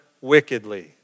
wickedly